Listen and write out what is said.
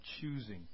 choosing